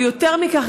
אבל יותר מכך,